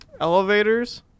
elevators